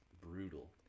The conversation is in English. brutal